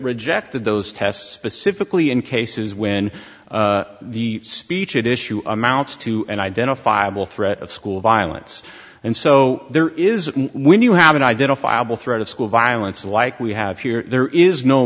rejected those tests specifically in cases when the speech issue amounts to an identifiable threat of school violence and so there is when you have an identifiable threat of school violence like we have here there is no